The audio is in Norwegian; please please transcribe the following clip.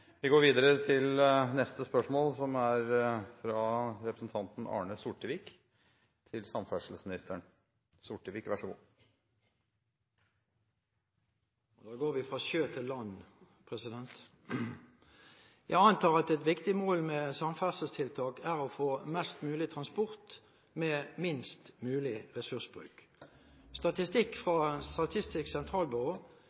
går vi fra sjø til land: «Jeg antar at et viktig mål med samferdselstiltak er å få mest mulig transport med minst mulig ressursbruk. Statistikk